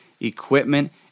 equipment